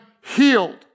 healed